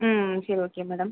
ம் சரி okay madam